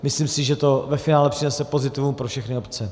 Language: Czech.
Myslím si, že to ve finále přinese pozitivum pro všechny obce.